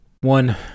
one